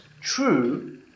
true